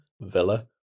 Villa